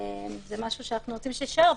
זה משהו שאנחנו רוצים שיישאר,